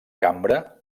cambra